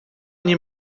nie